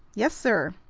yes, sir.